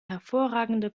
hervorragende